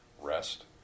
rest